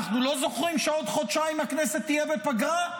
אנחנו לא זוכרים שבעוד חודשיים הכנסת תהיה בפגרה,